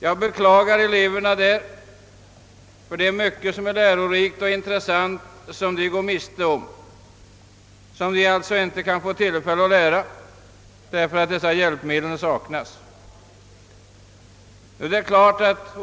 Jag beklagar eleverna i dessa, ty det är mycket lärorikt och intressant som de går miste om därför att dessa hjälpmedel inte finns tillgängliga.